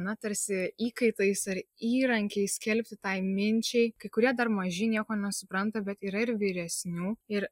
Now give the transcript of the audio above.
na tarsi įkaitais ar įrankiais skelbti tai minčiai kai kurie dar maži nieko nesupranta bet yra ir vyresnių ir